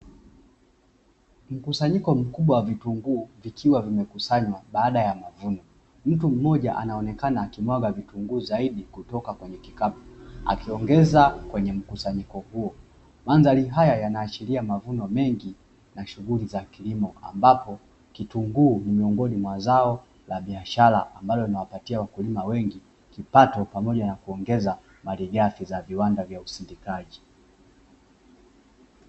Mkusanyiko mkubwa wa vitunguu vikiwa vimekusanywa baada ya mavuno, mtu mmoja anaonekana akimwaga vitunguu zaidi kutoka kwenye kikapu akiongeza kwenye mkusanyiko huo, mandhari haya yanaashiria mavuno mengi na shughuli za kilimo ambapo kitunguu ni miongoni mwa zao la biashara ambalo linawapatia wakulima wengi kipato pamoja na kuongeza malighafi za viwanda vya usindikaji.